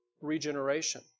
regeneration